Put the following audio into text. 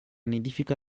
nidifica